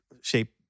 shape